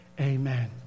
Amen